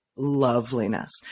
loveliness